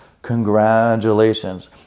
Congratulations